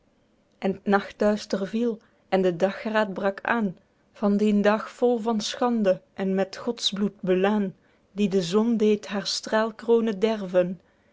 en het nachtduister viel en de dagraed brak aen van dien dag vol van schande en met godsbloed belaên die de zon deed haer straelkroone derven